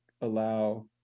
allow